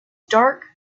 dark